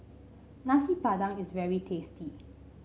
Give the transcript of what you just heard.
Nasi Padang is very tasty